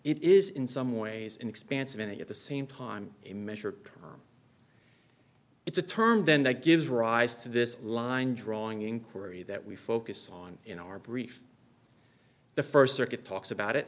it is in some ways an expansive and at the same time a measure it's a term then that gives rise to this line drawing inquiry that we focus on in our brief the first circuit talks about it